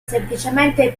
semplicemente